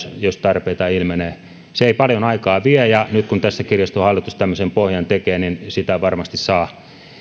jos tarpeita ilmenee se ei paljon aikaa vie ja nyt kun tässä kirjaston hallitus tämmöisen pohjan tekee niin tätä ajatusta varmasti saa